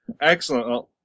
Excellent